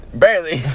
barely